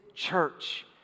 church